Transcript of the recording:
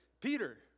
Peter